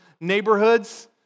neighborhoods